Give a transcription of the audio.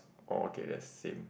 oh okay that's same